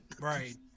right